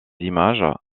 images